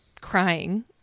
crying